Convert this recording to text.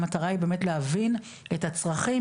המטרה היא באמת להבין את הצרכים,